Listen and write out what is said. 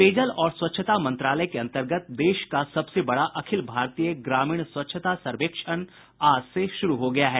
पेयजल और स्वच्छता मंत्रालय के अंतर्गत देश का सबसे बड़ा अखिल भारतीय ग्रामीण स्वच्छता सर्वेक्षण आज से शुरू हो गया है